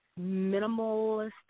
minimalist